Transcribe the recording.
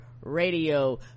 radio